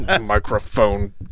microphone